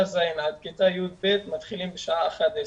וכיתות ז'-י"ב מתחילים בשעה 11:00,